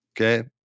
Okay